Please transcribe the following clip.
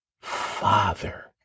Father